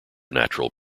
natural